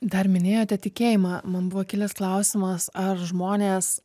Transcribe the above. dar minėjote tikėjimą man buvo kilęs klausimas ar žmonės